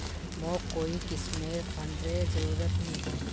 मोक कोई किस्मेर फंडेर जरूरत नी